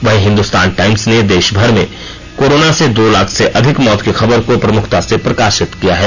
वहीं हिंदुस्तान टाइम्स ने देशभर में कोरोना से दो लाख से अधिक मौत की खबर को प्रमुखता से प्रकाशित किया है